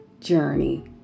journey